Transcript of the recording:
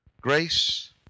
Grace